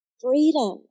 freedom